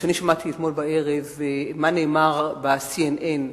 כששמעתי אתמול בערב מה נאמר ב-CNN,